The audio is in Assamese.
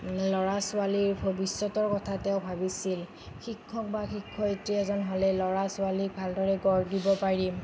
ল'ৰা ছোৱালীৰ ভৱিষ্যতৰ কথা তেওঁ ভাবিছিল শিক্ষক বা শিক্ষয়িত্ৰী এজন হ'লে ল'ৰা ছোৱালীক ভালদৰে গঢ় দিব পাৰিম